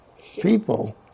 people